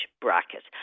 bracket